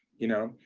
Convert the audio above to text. you know,